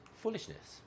foolishness